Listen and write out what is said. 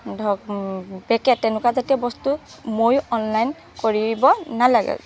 ধৰক পেকেট তেনেকুৱা জাতীয় বস্তু মইয়ো অনলাইন কৰিব নেলাগে